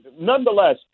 Nonetheless